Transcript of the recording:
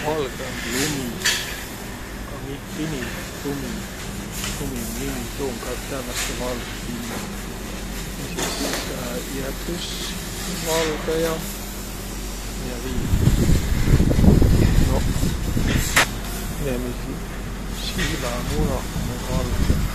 Valgõ um lumi. Ka miiq pini, Lumi, Lumi um nimi, tuu um ka tävveste valgõ pini. Ja sis ijätüs um valgõ ja. Miä viil? Inemiisi silmämunaq ummaq valgõq.